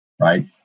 right